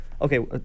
okay